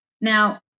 Now